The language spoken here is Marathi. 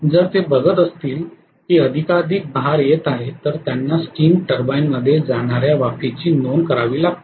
जर ते बघत असतील की अधिकाधिक भार येत आहे तर त्यांना स्टीम टरबाइन मध्ये जाणारी वाफ वाढवावी लागते